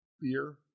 beer